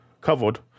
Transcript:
Covered